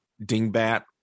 dingbat